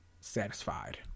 satisfied